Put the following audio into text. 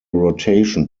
rotation